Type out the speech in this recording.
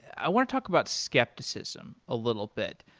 i want to talk about skepticism a little bit.